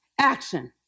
action